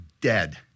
dead